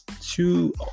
two